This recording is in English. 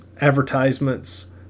advertisements